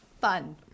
fun